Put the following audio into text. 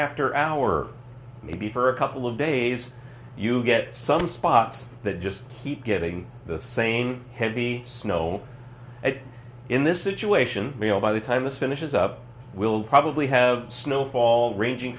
after hour maybe for a couple of days you get some spots that just keep giving the same heavy snow in this situation you know by the time this finishes up we'll probably have snow fall ranging